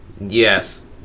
Yes